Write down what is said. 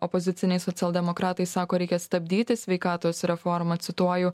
opoziciniai socialdemokratai sako reikia stabdyti sveikatos reformą cituoju